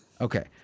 Okay